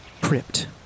crypt